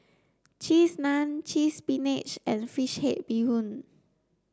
cheese naan cheese spinach and fish head bee hoon